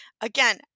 Again